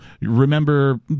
remember